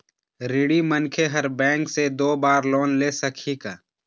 ऋणी मनखे हर बैंक से दो बार लोन ले सकही का?